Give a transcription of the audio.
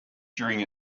during